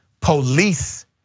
police